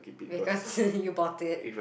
because you bought it